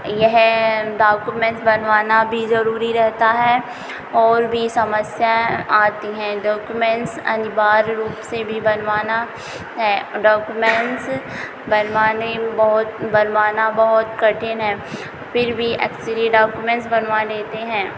यह डाक्युमेंस बनवाना भी ज़रूरी रहता है और भी समस्याएँ आती हैं डॉक्युमेंस अनिवार्य रूप से भी बनवाना है डॉक्युमेंस बनवाने में बहुत बनवाना बहुत कठिन है फिर भी एक्सेरी डॉक्युमेंस बनवा लेते हैं